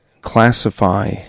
classify